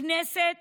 הכנסת